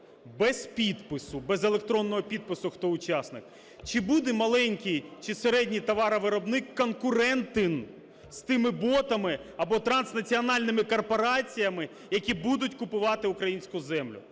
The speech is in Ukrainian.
без підпису, без електронного підпису, хто учасник, чи буде маленький чи середній товаровиробник конкурентний з тими ботами або транснаціональними корпораціями, які будуть купувати українську землю?